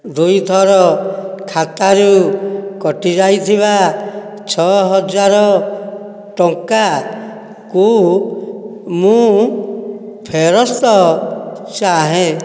ଦୁଇଥର ଖାତାରୁ କଟିଯାଇଥିବା ଛଅ ହଜାର ଟଙ୍କାକୁ ମୁଁ ଫେରସ୍ତ ଚାହେଁ